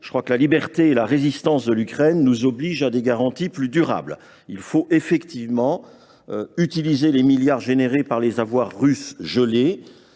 me semble que la liberté et la résistance de l’Ukraine nous obligent à des garanties plus durables. Il faut en effet utiliser les milliards d’euros générés par les avoirs russes gelés.